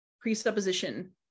presupposition